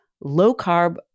low-carb